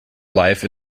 life